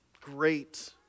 great